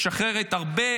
משחררת הרבה